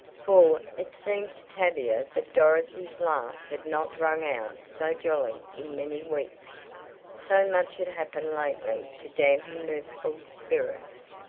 for, it seemed to tavia that dorothy's laugh had not rung out so jolly in many weeks so much had happened lately to dampen mirthful spirits.